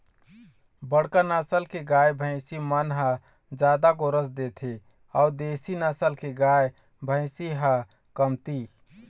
बड़का नसल के गाय, भइसी मन ह जादा गोरस देथे अउ देसी नसल के गाय, भइसी ह कमती